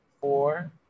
four